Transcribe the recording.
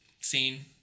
scene